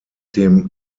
dem